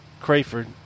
Crayford